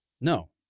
No